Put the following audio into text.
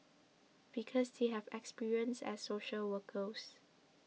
because they have experience as social workers